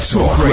Talk